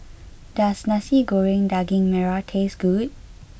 does Nasi Goreng Daging Merah taste good